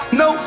no